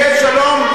יהיה שלום.